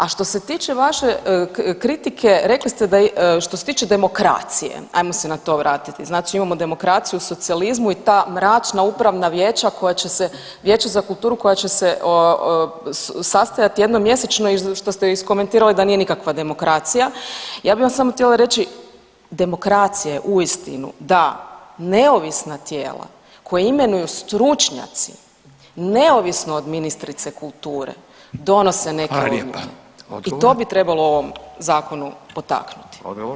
A što se tiče vaše kritike rekli ste, što se tiče demokracije, ajmo se na to vratiti, znači imamo demokraciju u socijalizmu i ta mračna upravna vijeća koja će se Vijeće za kulturu koja će se sastajati jednom mjesečno i što ste iskomentirali da nije nikakva demokracija, ja bi vam samo htjela reći, demokracija je uistinu da neovisna tijela koja imenuju stručnjaci neovisno od ministrice kulture donose neke odluke [[Upadica Radin: Hvala lijepa.]] i to bi trebalo u ovom zakonu potaknuti.